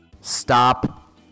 Stop